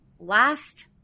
last